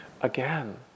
Again